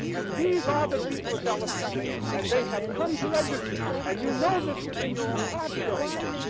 and these are the people of dallas county. and they have come to register. and you know this within your own heart, sheriff clark.